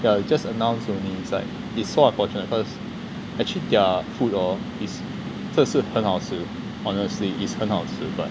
ya it's just announced only it's like it's so unfortunate because actually their food hor it's 真的是很好吃 honestly it's 很好吃 but